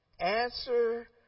answer